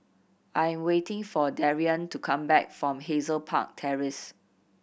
I'm waiting for Darrian to come back from Hazel Park Terrace